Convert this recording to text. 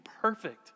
perfect